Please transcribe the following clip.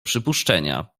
przypuszczenia